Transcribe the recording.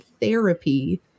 therapy